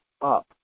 up